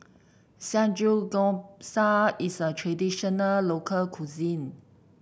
Samgeyopsal is a traditional local cuisine